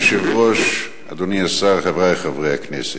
אדוני היושב-ראש, אדוני השר, חברי חברי הכנסת,